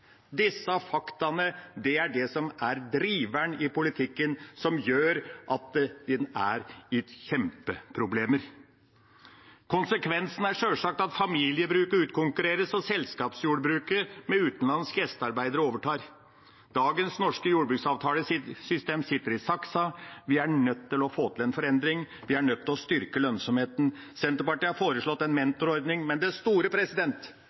Disse faktaene er driveren i politikken som gjør at det er kjempeproblemer. Konsekvensen er sjølvsagt at familiebruket utkonkurreres, og selskapsjordbruket med utenlandske gjestearbeidere overtar. Dagens jordbruksavtalesystem sitter i saksa. Vi er nødt til å få til en forandring, vi er nødt til å styrke lønnsomheten. Senterpartiet har foreslått en mentorordning, men det store